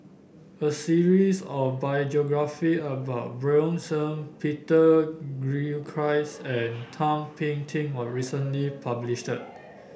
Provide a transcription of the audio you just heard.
a series of biographies about Bjorn Shen Peter Gilchrist and Thum Ping Tjin was recently published